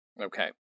Okay